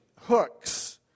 hooks